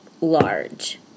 large